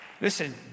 Listen